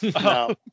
No